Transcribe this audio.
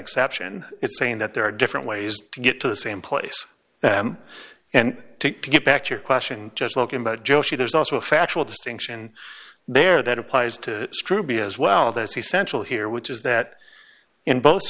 exception it's saying that there are different ways to get to the same place and to get back to your question just looking about joshi there's also a factual distinction there that applies to scruby as well that's essential here which is that in bo